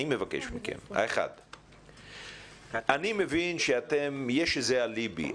אני מבקש מכם: 1. אני מבין שיש איזה אליבי,